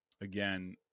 Again